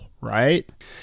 right